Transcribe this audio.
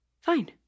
Fine